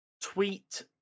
tweet